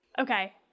okay